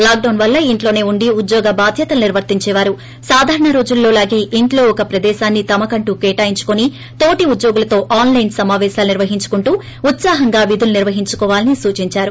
lockdown వల్ల ఇంట్లోసే ఉండి ఉద్యోగబాధ్యతలు నిర్వర్తించేవారు సాధారణ రోజుల్లో లాగే ఇంట్లో ఒక ప్రదేశాన్ని కేటాయించుకుని తోటి ఉద్యోగులతో ఆన్లైన్ సమాపేశాలు నిర్వహించుకుంటూ ఉత్సాహంగా విధులు నిర్వహించుకోవాలని ఆమె సూచిందారు